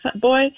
boy